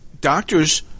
Doctors